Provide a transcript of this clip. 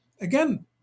again